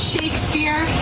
Shakespeare